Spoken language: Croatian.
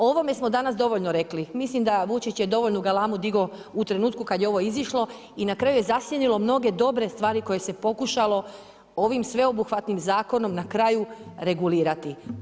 O ovome smo danas dovoljno rekli, mislim da Vučić je dovoljnu galamu digao u trenutku kada je ovo izišlo i na kraju je zasjenilo mnoge dobre stvari koje se pokušalo ovim sveobuhvatnim zakonom na kraju regulirati.